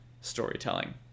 storytelling